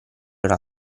era